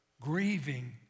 grieving